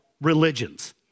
religions